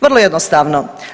Vrlo jednostavno.